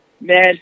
man